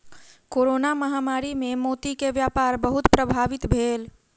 corona महामारी मे मोती के व्यापार बहुत प्रभावित भेल